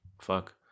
fuck